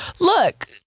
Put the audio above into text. look